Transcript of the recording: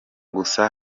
gusa